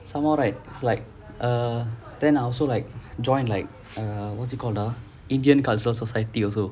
some more right it's like err then I also like join like err what's it called uh indian cultural society also